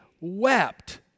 wept